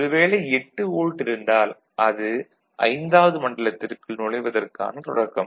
ஒரு வேளை 8 வோல்ட் இருந்தால் அது ஐந்தாவது மண்டலத்திற்கு நுழைவதற்கான தொடக்கம்